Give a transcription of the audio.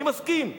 אני מסכים.